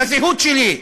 בזהות שלי.